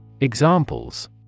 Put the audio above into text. Examples